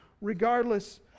regardless